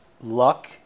Luck